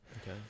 Okay